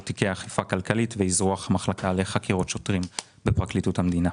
תיקי אכיפה כלכלית ואזרוח מחלקה לחקירות שוטרים בפרקליטות המדינה.